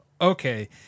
okay